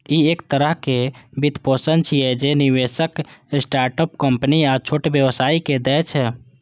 ई एक तरहक वित्तपोषण छियै, जे निवेशक स्टार्टअप कंपनी आ छोट व्यवसायी कें दै छै